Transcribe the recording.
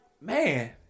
man